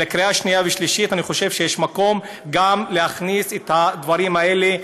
לקריאה שנייה ושלישית אני חושב שיש מקום להכניס גם את הדברים האלה,